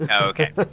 Okay